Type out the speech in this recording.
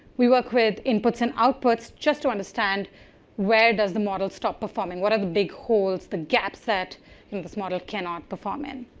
we work with inputs and outputs just to understand where does the model stop performing? what are the big holes, the gaps that this model cannot perform in?